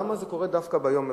למה זה קורה דווקא ביום הזה?